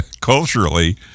culturally